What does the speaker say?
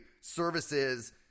services